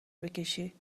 بکشی